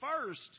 first